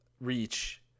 reach